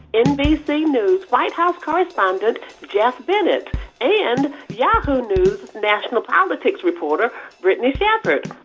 nbc news white house correspondent geoff bennett and yahoo news national politics reporter brittany shepard.